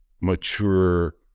mature